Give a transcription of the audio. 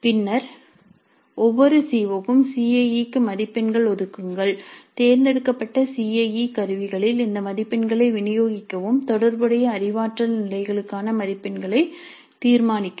பின்னர் ஒவ்வொரு சி ஒக்கும் சி ஐஇ க்கு மதிப்பெண்கள் ஒதுக்குங்கள் தேர்ந்தெடுக்கப்பட்ட சி ஐஇ கருவிகளில் இந்த மதிப்பெண்களை விநியோகிக்கவும் தொடர்புடைய அறிவாற்றல் நிலைகளுக்கான மதிப்பெண்களை தீர்மானிக்கவும்